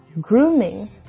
grooming